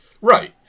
Right